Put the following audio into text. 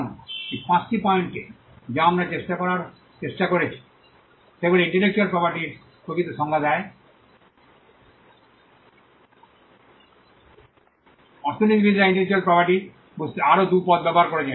এখন এই 5 টি পয়েন্ট যা আমরা চেষ্টা করার চেষ্টা করেছি যেগুলি ইন্টেলেকচুয়াল প্রপার্টির প্রকৃতির সংজ্ঞা দেয় অর্থনীতিবিদরা ইন্টেলেকচুয়াল প্রপার্টি বুঝতে আরও 2 পদ ব্যবহার করেছেন